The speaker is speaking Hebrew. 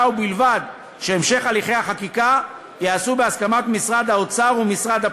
ובלבד שהמשך הליכי החקיקה ייעשה בהסכמת משרד האוצר ומשרד הפנים.